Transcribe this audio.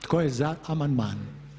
Tko je za amandman?